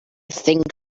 think